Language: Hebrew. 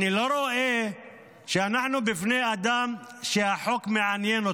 אני לא רואה שאנחנו לפני אדם שהחוק מעניין אותו.